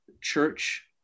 church